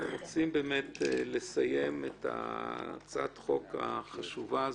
את הצעת החוק החשובה הזאת,